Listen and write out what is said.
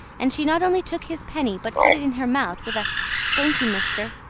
and she not only took his penny but put it in her mouth with a thank you, mister.